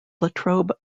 latrobe